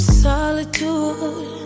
solitude